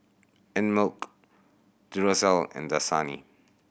Einmilk Duracell and Dasani